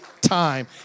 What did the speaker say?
time